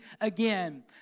again